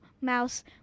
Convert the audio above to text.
mouse